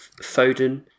Foden